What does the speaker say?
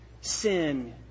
sin